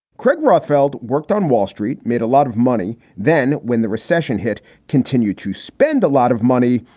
craig rothfeld worked on wall street, made a lot of money. then when the recession hit, continue to spend a lot of money,